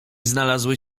znalazły